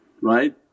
right